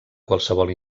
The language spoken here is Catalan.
qualsevol